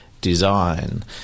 design